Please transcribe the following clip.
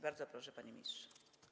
Bardzo proszę, panie ministrze.